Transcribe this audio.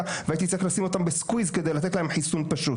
והייתי צריך לשים אותם בסקוויז כדי לתת להם חיסון פשוט.